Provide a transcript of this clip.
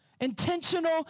Intentional